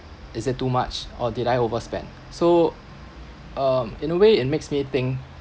is it too much or did I overspend so um in a way it makes me think